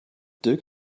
dirk